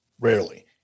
rarely